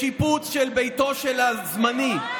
לשיפוץ ביתו של הזמני,